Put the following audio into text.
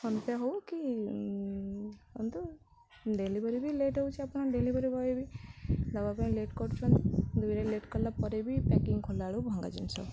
phone ପେ ହଉ କି କରନ୍ତୁ ଡେଲିଭରି ବି ଲେଟ୍ ହେଉଛି ଆପଣ ଡେଲିଭରି ବଏ ବି ଦେବା ପାଇଁ ଲେଟ୍ କରୁଛନ୍ତି ଦୁଇରେ ଲେଟ୍ କଲା ପରେ ବି ପ୍ୟାକିଂ ଖୋଲିଲାବେଳକୁ ଭଙ୍ଗା ଜିନିଷ